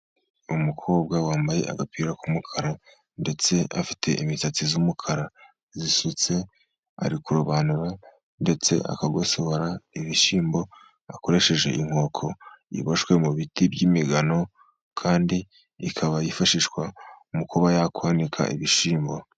Umukobwa wambaye agapira k'umukara ndetse afite imisatsi y'umukara isutse, ari kurobanura ndetse akagosora ibishyimbo akoresheje inkoko iboshywe mu biti by'imigano kandi ikaba yifashishwa mu kuba yakwanika ibishyimbo.